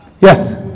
Yes